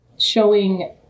Showing